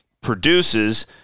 produces –